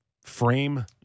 frame